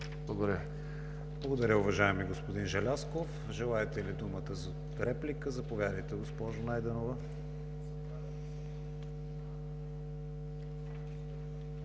ВИГЕНИН: Благодаря, уважаеми господин Желязков. Желаете ли думата за реплика? Заповядайте, госпожо Найденова.